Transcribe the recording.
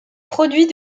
produit